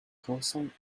cosine